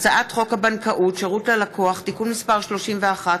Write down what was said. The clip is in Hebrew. הצעת חוק הבנקאות (שירות ללקוח) (תיקון מס' 31),